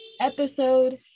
episode